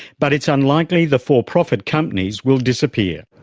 but it's unlikely the for-profit companies will disappear.